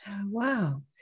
Wow